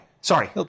sorry